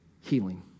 Healing